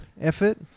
effort